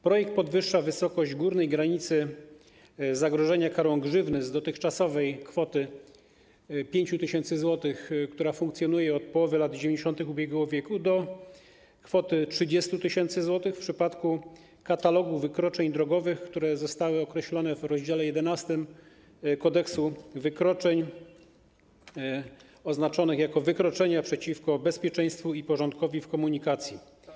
Projekt podwyższa wysokość górnej granicy zagrożenia karą grzywny z dotychczasowej kwoty 5 tys. zł, która funkcjonuje do połowy lat 90. ubiegłego wieku, do kwoty 30 tys. zł w przypadku katalogu wykroczeń drogowych, które zostały określone w rozdziale 11 Kodeksu wykroczeń, oznaczonych jako wykroczenia przeciwko bezpieczeństwu i porządkowi w komunikacji.